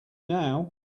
now